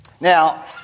Now